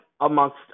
amongst